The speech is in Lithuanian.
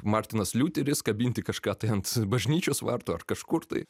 martynas liuteris kabinti kažką tai ant bažnyčios vartų ar kažkur tai